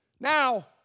Now